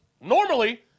normally